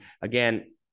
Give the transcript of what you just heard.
Again